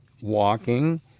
walking